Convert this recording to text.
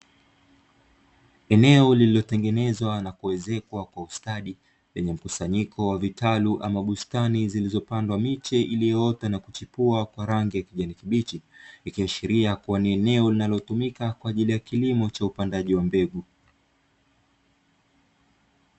Eneo lililotengenezwa na kuezekwa kwa ustadi, lenye mkusanyiko wa kitalu ama bustani zilizopandwa miche iliyoota na kuchipua kwa rangi ya kijani kibichi, ikiashiria kuwa ni eneo linalotumika kwa ajili ya kilimo cha upandaji wa mbegu.